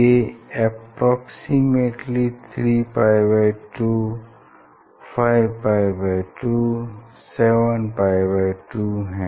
ये अप्रोक्सिमेटली 3π2 5π2 और 7π2 हैं